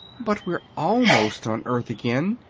but we're almost on earth again,